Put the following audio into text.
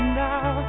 now